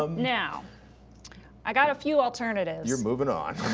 um now i got a few alternatives. you're moving on.